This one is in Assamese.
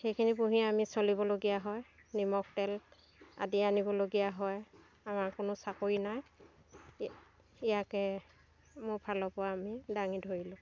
সেইখিনি পুহিয়ে আমি চলিবলগীয়া হয় নিমখ তেল আদি আনিবলগীয়া হয় আমাৰ কোনো চাকৰি নাই ই ইয়াকে মোৰ ফালপৰা আমি দাঙি ধৰিলোঁ